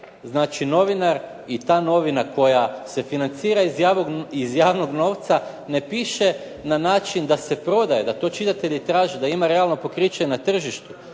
znači novinar i ta novina koja se financira iz javnog novca ne piše na način da se prodaje, da to čitatelji traže, da ima realno pokriće na tržištu,